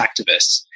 activists